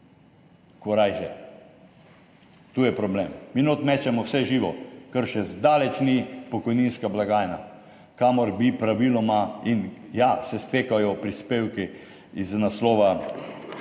korajže. Tu je problem. Mi notri mečemo vse živo, kar še zdaleč ni pokojninska blagajna, kamor bi praviloma in ja, se stekajo prispevki iz naslova